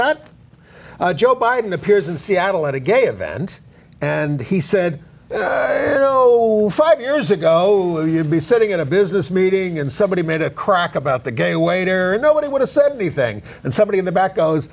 that joe biden appears in seattle at a gay event and he said you know five years ago you'd be sitting in a business meeting and somebody made a crack about the gay waiter nobody would have said anything and somebody in the back